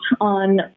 on